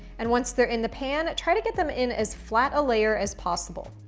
and once they're in the pan, try to get them in as flat a layer as possible.